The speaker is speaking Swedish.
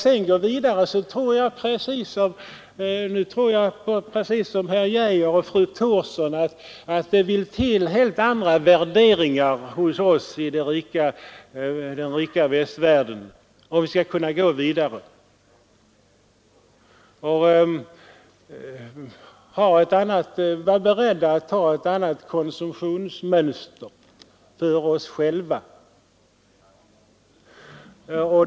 Sedan tror jag precis som herr Geijer och fru Thorsson att det vill till helt andra värderingar hos oss i den rika västvärlden om vi skall kunna lösa den fattiga världens problem. Vi måste vara beredda att acceptera ett helt annat konsumtionsmönster för oss själva.